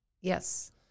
Yes